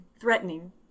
threatening